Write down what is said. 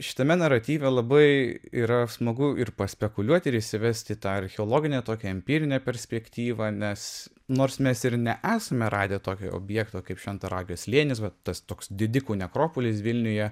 šitame naratyve labai yra smagu ir paspekuliuoti ir įsivesti tą archeologinę tokią empirinę perspektyvą nes nors mes ir ne esame radę tokio objekto kaip šventaragio slėnis bet tas toks didikų nekropolis vilniuje